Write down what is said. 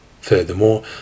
furthermore